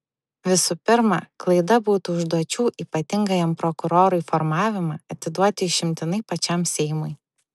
visų pirma klaida būtų užduočių ypatingajam prokurorui formavimą atiduoti išimtinai pačiam seimui